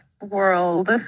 world